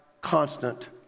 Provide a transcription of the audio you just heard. constant